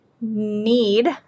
need